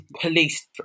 police